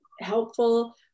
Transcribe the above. helpful